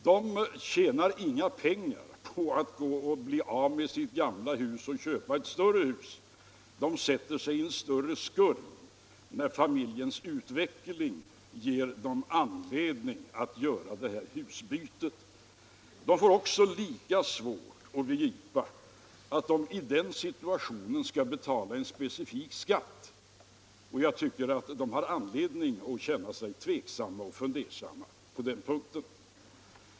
De tjänar inga pengar på att bli av med sitt gamla hus och köpa ett större hus; de sätter sig i större skuld när familjens utveckling ger dem anledning att göra detta husbyte. — De får också lika svårt att begripa att de i den situationen skall betala en specifik skatt, och jag tycker att de har anledning att känna sig tveksamma och fundersamma på den punkten.